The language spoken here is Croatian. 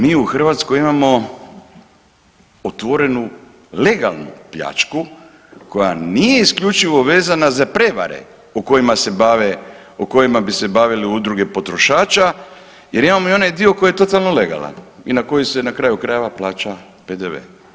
Mi u Hrvatskoj imamo otvorenu legalnu pljačku koja nije isključivo vezana za prijevare o kojima bi se bavile udruge potrošača jer imamo i onaj dio koji je totalno legalan i na koji se na kraju krajeva plaća PDV.